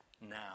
now